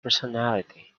personality